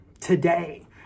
today